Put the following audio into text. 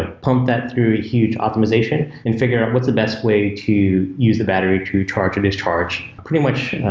ah pump that through a huge optimization and figure out what's the best way to use the battery to charge or discharge pretty much.